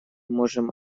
можем